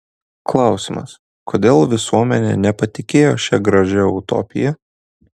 klausimas kodėl visuomenė nepatikėjo šia gražia utopija